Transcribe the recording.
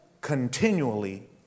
continually